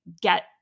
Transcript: get